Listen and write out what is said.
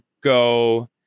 go